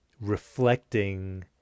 reflecting